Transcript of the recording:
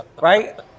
Right